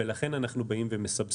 ולכן אנחנו מסבסדים.